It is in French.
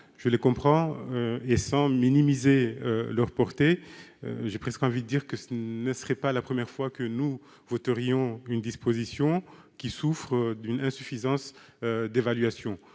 je les comprends. Sans minimiser leur portée, j'ai presque envie de dire que ce ne serait pas la première fois que nous voterions une disposition souffrant d'une insuffisance d'évaluation.